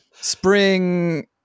Spring